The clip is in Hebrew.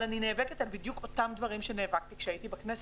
אבל אני נאבקת בדיוק על אותם דברים שנאבקתי עליהם כשהייתי בכנסת.